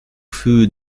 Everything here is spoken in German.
für